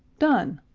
done!